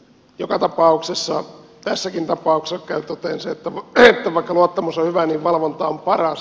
joka tapauksessa tässäkin tapauksessa käy toteen se että vaikka luottamus on hyvä niin valvonta on paras